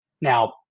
Now